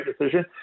decision